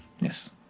yes